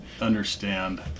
understand